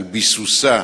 על ביסוסה